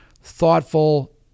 thoughtful